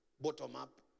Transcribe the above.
bottom-up